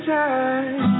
time